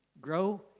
grow